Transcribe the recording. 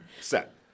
set